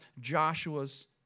Joshua's